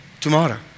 Tomorrow